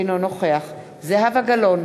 אינו נוכח זהבה גלאון,